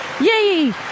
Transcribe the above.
Yay